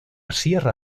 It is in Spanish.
sierra